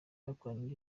bakoranye